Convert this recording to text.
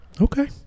okay